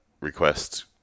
request